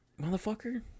motherfucker